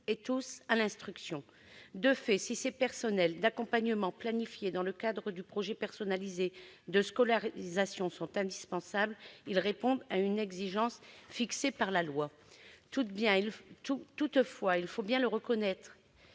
et tous à l'instruction. De fait, si ces personnels d'accompagnement planifiés dans le cadre du projet personnalisé de scolarisation sont indispensables, ils répondent à une exigence fixée par la loi. Toutefois, il faut bien reconnaître